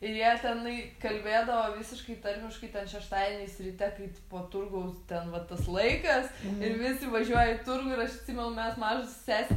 ir jie tenai kalbėdavo visiškai tarmiškai ten šeštadieniais ryte kaip po turgaus ten va tas laikas ir visi važiuoja į turgų ir aš atsimenu mes mažos su sese